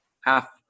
half